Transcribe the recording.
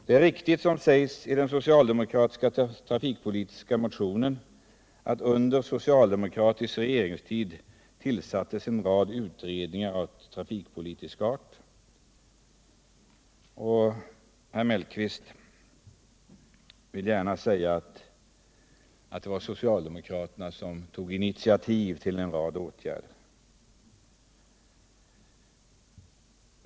Det är riktigt, som det sägs i socialdemokraternas trafikpolitiska motion, att det under den socialdemokratiska regeringens tid tillsattes en rad utredningar av trafikpolitisk art, och herr Mellqvist vill gärna säga att det var socialdemokraterna som tog initiativ till en rad åtgärder.